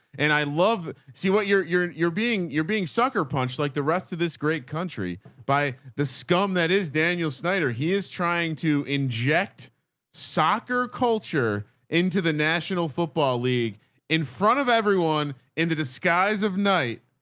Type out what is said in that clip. and i love see what you're you're, and you're being, you're being sucker punched like the rest of this great country by the scum that is daniel snyder. he is trying to inject soccer culture into the national football league in front of everyone in the disguise of night.